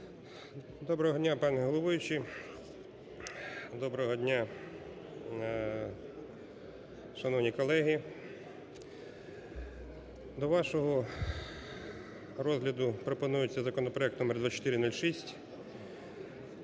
Доброго дня, пане головуючий! Доброго дня, шановні колеги! до вашого розгляду пропонується законопроект номер 2406.